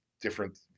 different